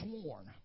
sworn